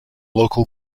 local